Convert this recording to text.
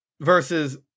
versus